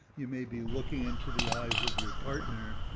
you may be looking into the eyes of your partner,